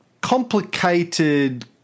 complicated